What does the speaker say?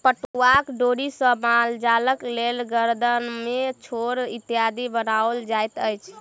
पटुआक डोरी सॅ मालजालक लेल गरदामी, छोड़ इत्यादि बनाओल जाइत अछि